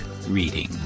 reading